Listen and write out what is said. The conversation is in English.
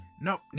Nope